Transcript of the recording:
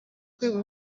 rwego